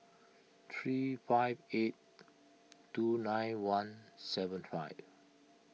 three five eight two nine one seven five